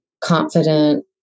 confident